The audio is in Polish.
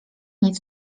nic